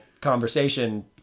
conversation